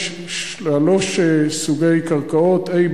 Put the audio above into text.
יש שלושה סוגי קרקעות: A,